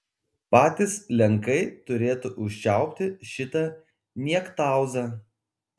patys lenkai turėtų užčiaupti šitą niektauzą